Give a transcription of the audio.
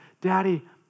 Daddy